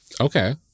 Okay